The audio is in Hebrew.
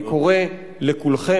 אני קורא לכולכם,